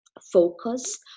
focus